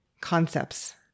concepts